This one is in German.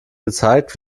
gezeigt